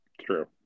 True